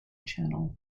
channel